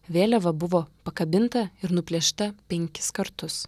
vėliava buvo pakabinta ir nuplėšta penkis kartus